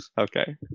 Okay